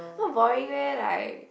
not boring meh like